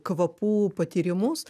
kvapų patyrimus